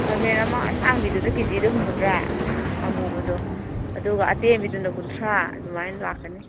ꯈꯥꯃꯦꯟ ꯑꯃ ꯑꯁꯥꯡꯕꯤꯗꯨꯅ ꯀꯦꯖꯤꯗ ꯍꯨꯝꯐꯨꯇꯔꯥ ꯑꯃꯨꯕꯗꯣ ꯑꯗꯨꯒ ꯑꯇꯦꯟꯕꯤꯗꯨꯅ ꯀꯨꯟꯊ꯭ꯔꯥ ꯑꯗꯨꯃꯥꯏꯅ ꯂꯥꯛꯀꯅꯤ